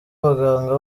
abaganga